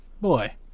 Boy